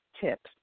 tips